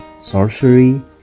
sorcery